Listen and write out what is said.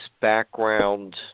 background